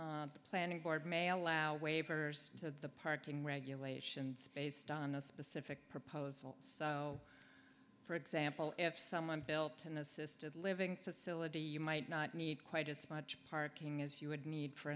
the planning board may allow waivers to the parking regulations based on a specific proposal so for example if someone built an assisted living facility you might not need quite as much parking as you would need for